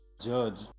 Judge